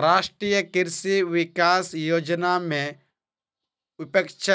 राष्ट्रीय कृषि विकास योजना में विपक्ष